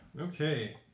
Okay